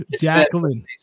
Jacqueline